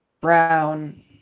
Brown